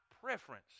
preference